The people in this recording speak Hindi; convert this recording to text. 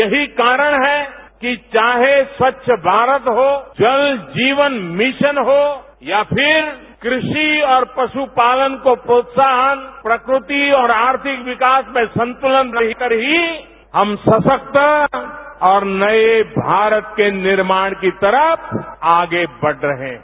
यही कारण है कि चाहे स्वच्छ भारत हो जल जीवन मिशन हो या फिर कृषि और पशुपालन को प्रोत्साहन प्रकृति और आर्थिक विकास में संतुलन रहकर ही हम सशक्त और नये भारत के निर्माण की तरफ आगे बढ़ रहे हैं